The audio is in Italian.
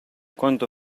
quando